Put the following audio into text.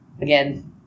again